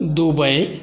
Dubai